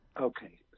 Okay